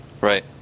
Right